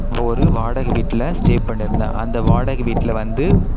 ஒரு வாடகை வீட்டில் ஸ்டே பண்ணியிருந்தேன் அந்த வாடகை வீட்டில் வந்து